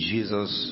Jesus